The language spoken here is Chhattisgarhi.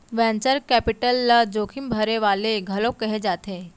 वैंचर कैपिटल ल जोखिम भरे वाले घलोक कहे जाथे